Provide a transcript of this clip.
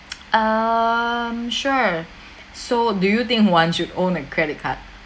um sure so do you think one should own a credit card